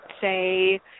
say